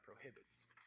prohibits